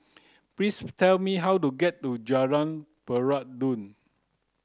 please tell me how to get to Jalan Peradun